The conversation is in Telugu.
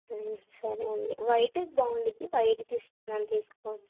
సరే అండి వైట్ది బాగుంటుంది వైట్ది ఇస్తాను తీసుకోండి